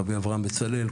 הרב אברהם בצלאל,